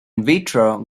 vitro